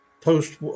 post